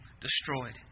destroyed